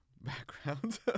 background